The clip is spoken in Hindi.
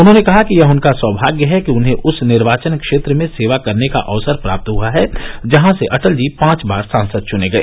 उन्होंने कहा कि यह उनका सौभाग्य है कि उन्हें उस निर्वाचन क्षेत्र में सेवा करने का अवसर प्राप्त हुआ जहां से अटल जी पांच बार सांसद चुने गए